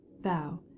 thou